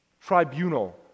tribunal